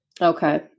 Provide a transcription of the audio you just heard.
Okay